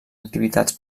activitats